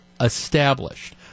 established